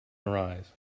arise